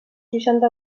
seixanta